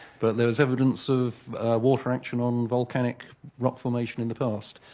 but there's evidence of water action on volcanic rock formation in the past.